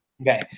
Okay